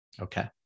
Okay